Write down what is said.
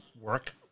work